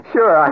Sure